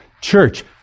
Church